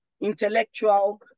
intellectual